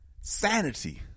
sanity